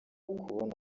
kubona